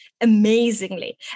amazingly